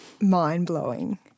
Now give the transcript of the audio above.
mind-blowing